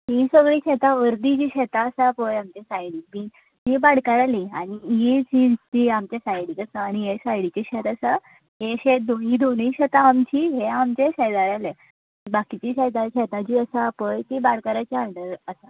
ही सगळीं शेतां अर्दी जी शेतां आसा पळय आमचें सायडीची ही भाटकाराली आनी ही जी जी आमच्या सायडीक आसा हे सायडीचे शेत आसा हे दोनी दोनी शेतां आमची हे आमचें शेजाऱ्यालें बाकीची शेतां शेतां जी आसा पळय ती भाटकाराच्या अंडर आसा